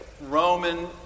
Roman